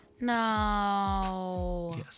No